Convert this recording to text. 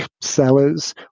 sellers